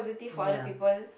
ya